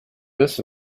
this